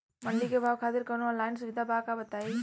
मंडी के भाव खातिर कवनो ऑनलाइन सुविधा बा का बताई?